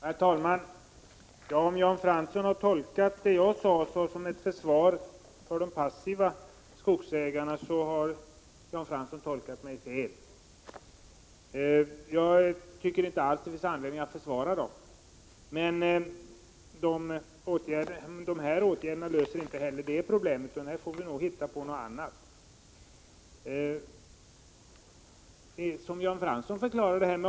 Herr talman! Om Jan Fransson har tolkat det jag sade som ett försvar för de passiva skogsägarna, har Jan Fransson tolkat mig fel. Jag tycker inte alls att det finns anledning att försvara dem. Men de här åtgärderna löser inte problemen, utan här får vi nog hitta på något annat.